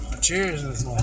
Cheers